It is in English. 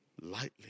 lightly